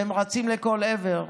והם רצים לכל עבר.